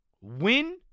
Win